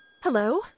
Hello